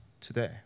today